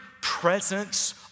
presence